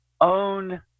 own